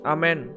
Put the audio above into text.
Amen